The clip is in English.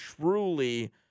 truly